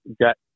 got